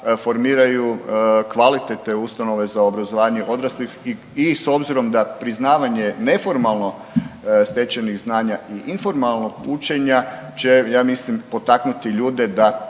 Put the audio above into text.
formiraju kvalitetne ustanove za obrazovanje odraslih i s obzirom da priznavanje neformalno stečenih znanja i informalnog učenja će ja mislim potaknuti ljude da